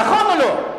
נכון או לא?